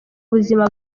buzima